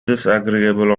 disagreeable